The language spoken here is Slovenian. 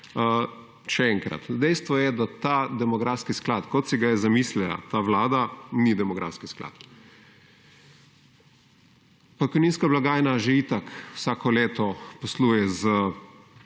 Še enkrat, dejstvo je, da ta demografski sklad kot si ga je zamislila ta Vlada, ni demografski sklad. Pokojninska blagajna že itak vsako leto posluje s